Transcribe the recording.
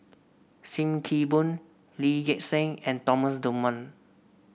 Sim Kee Boon Lee Gek Seng and Thomas Dunman